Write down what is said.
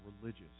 religious